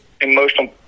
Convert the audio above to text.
emotional